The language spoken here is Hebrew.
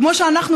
כמו שאנחנו,